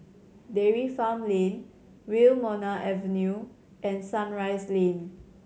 Dairy Farm Lane Wilmonar Avenue and Sunrise Lane